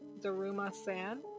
Daruma-san